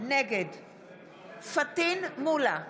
נגד פטין מולא,